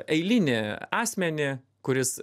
eilinį asmenį kuris